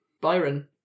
Byron